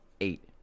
eight